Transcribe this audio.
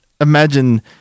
imagine